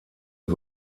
und